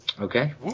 Okay